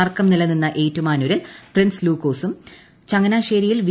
തർക്കം നിലനിന്ന ഏറ്റുമാനൂരിൽ പ്രിൻസ് ലൂക്കോസും ചങ്ങനാശ്ശേരിയിൽ വി